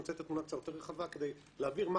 אני רוצה לתת תמונה קצת יותר רחבה כדי להבהיר מה